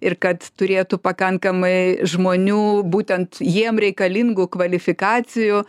ir kad turėtų pakankamai žmonių būtent jiem reikalingų kvalifikacijų